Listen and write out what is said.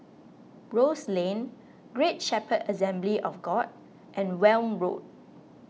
Rose Lane Great Shepherd Assembly of God and Welm Road